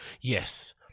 Yes